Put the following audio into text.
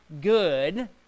good